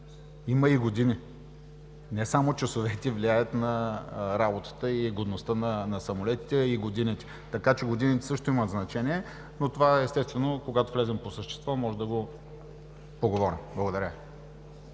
Има и години. Не само часовете влияят на работата и годността на самолетите, а и годините. Така че годините също имат значение. Но това, естествено, когато влезем по същество, можем да го поговорим. Благодаря